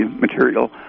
material